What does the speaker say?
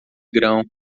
grão